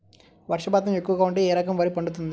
వర్షపాతం ఎక్కువగా ఉంటే ఏ రకం వరి పండుతుంది?